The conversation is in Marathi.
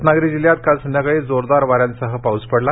रत्नागिरी जिल्ह्यात काल संध्याकाळी जोरदार वाऱ्यांसह पाऊस पडला